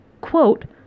quote